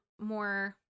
more